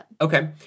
okay